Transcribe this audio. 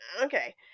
okay